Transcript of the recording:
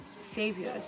saviors